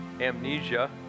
amnesia